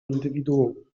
indywiduum